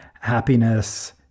happiness